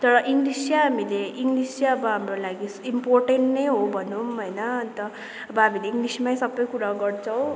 तर इङ्लिस चाहिँ हामीले इङ्लिस चाहिँ अब हाम्रो लागि इम्पोर्टेन्ट नै हो भनौँ होइन अन्त अब हामीले इङ्लिसमै सबै कुरा गर्छौँ